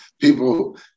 People